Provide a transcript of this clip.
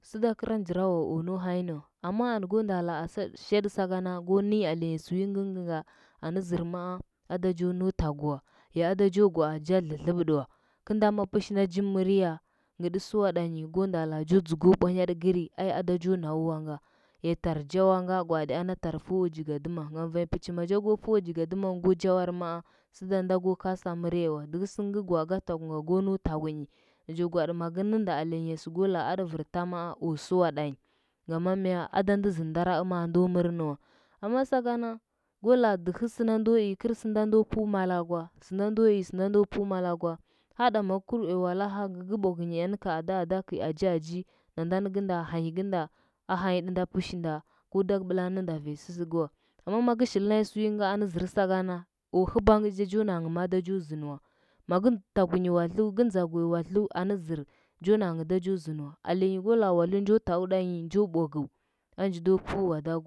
Sɚda gɚra njira wa wao nau hanyinɚ wa. Amma anɚ go nda lea sɚ shaɗɚ sakana go ninyi alenya sɚ wi ngɚngɚnga anɚ zɚr maa ada jo nau tagu wa, ya ada jo gwaa ja dlɚdlɚbɚtɚ wa gɚrnda ma pɚshinda ja mɚrya ngɚ ɗɚ sɚwaɗanyi go nda jo dzɚgwa bwanya ɗɚ kɚri ai ada jo nau wanga yo tar jawanga gwaaɗi ana tar fuwo jigaɗɚmangam vanya pɚchi maja go fuwo jigadɚmangha go jawar maa sɚda nda go kasa mɚriya wa nɚhɚ sɚns gɚ gwaa gɚ tagunga go nau tagunyi najo gwaaɗi magɚ nɚnda alenya sɚ go laa atɚ vir ta maa o sɚwaɗanyi, ngama mya samma singana go laa dɚhɚ sɚnda ndo i yɚr sɚnda ndo fu mala gwa hahɗa magɚ wur uya walaha ngɚ gɚ ba gunyi nɚ ga ada ada ga aji aji namda nɚgɚnda hanyi gɚnda, a hanyi dɚnda pɚshinda go daga bɚta nɚnda vanya sɚ sɚgɚ wa amma magɚ shilnanyi sɚ wungɚ nɚ zɚr sagana o huba ngɚga jo nanghɚ ma da jo zɚnɚ wa magɚ tugui wadlu, gɚ ndzaguya wadlu jo narngh ma da jo zɚnɚ wa magɚ tugui wadlu, gɚ ndzaguya wadlu jo narngh ma da jo zɚndɚ wa alenyi go laa nja towu wadlɚ dangh njo bagu anji do fu uado gwa wa.